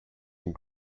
and